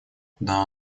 куда